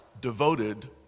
devoted